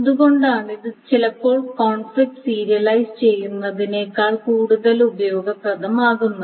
എന്തുകൊണ്ടാണ് ഇത് ചിലപ്പോൾ സംഘർഷം സീരിയലൈസ് ചെയ്യുന്നതിനേക്കാൾ കൂടുതൽ ഉപയോഗപ്രദമാകുന്നത്